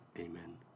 Amen